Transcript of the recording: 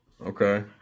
okay